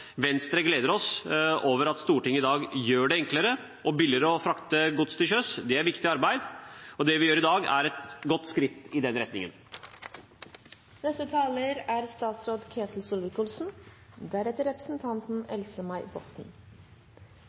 Venstre gleder seg over at Stortinget i dag gjør det enklere og billigere å frakte gods til sjøs. Det er viktig arbeid. Det vi gjør i dag, er et godt skritt i den retningen. Det er